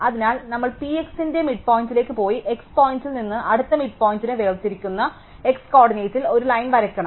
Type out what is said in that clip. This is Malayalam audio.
അതിനാൽ നമ്മൾ Px ന്റെ മിഡിപ്പോയ്ന്റ്ലേക്ക് പോയി x പോയിൻറിൽ നിന്ന് അടുത്ത മിഡിപ്പോയ്ന്റ്നെ വേർതിരിക്കുന്ന x കോർഡിനേറ്റിൽ ഒരു ലൈൻ വരയ്ക്കണം